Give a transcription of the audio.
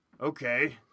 Okay